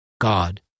God